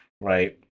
right